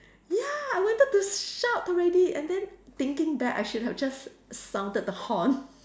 ya I wanted to shout already and then thinking back I should have just sounded the horn